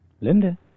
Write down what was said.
Linda